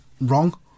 wrong